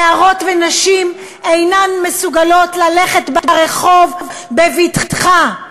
נערות ונשים אינן מסוגלות ללכת ברחוב בבטחה.